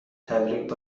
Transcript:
تبریک